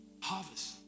harvest